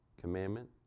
commandment